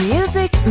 Music